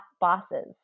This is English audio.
bosses